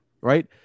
right